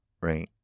right